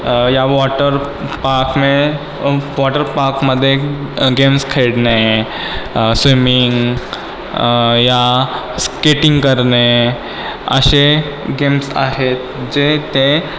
या वॉटरपार्कमे व वॉटरपार्कमधे गेम्स खेळणे स्विमिंग या स्केटिंग करणे असे गेम्स आहेत जे ते